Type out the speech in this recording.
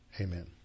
Amen